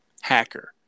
Hacker